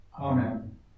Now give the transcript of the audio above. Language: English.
Amen